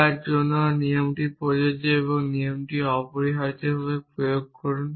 যার জন্য নিয়মটি প্রযোজ্য এবং নিয়মটি অপরিহার্যভাবে প্রয়োগ করুন